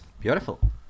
Beautiful